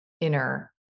inner